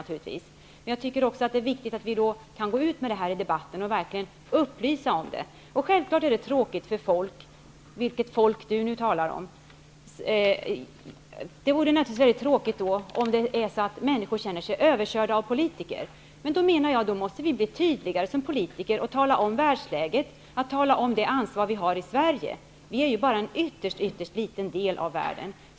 Men jag tycker också att det är viktigt att vi kan gå ut med detta i debatten och verkligen upplysa om det. Självklart är det tråkigt för folket, vilket folk Claus Zaar nu talar om, om man känner sig överkörd av politiker. Då menar jag att vi måste bli tydligare som politiker och tala om världsläget. Vi måste tala om det ansvar vi har i Sverige. Sverige är bara en ytterst liten del av världen.